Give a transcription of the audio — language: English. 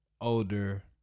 older